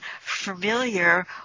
familiar